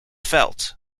felt